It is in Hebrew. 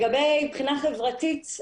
מבחינה חברתית.